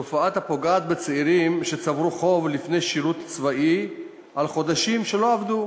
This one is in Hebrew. התופעה פוגעת בצעירים שצברו חוב לפני שירות צבאי על חודשים שלא עבדו